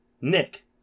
Nick